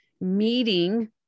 meeting